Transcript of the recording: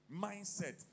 mindset